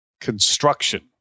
construction